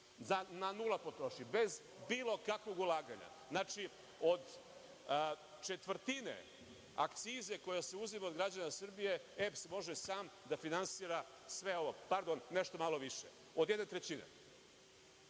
na nula potrošnji, bez bilo kakvog ulaganja. Znači od četvrtine akcize koja se uzima od građana Srbije EPS može sam da finansira sve ovo, pardon, nešto malo više, od jedne trećine.